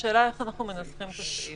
השאלה איך אנחנו מנסחים את הסעיף.